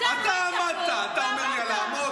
אתה עמדת, אתה אומר לי על לעמוד?